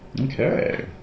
Okay